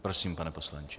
Prosím, pane poslanče.